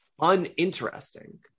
uninteresting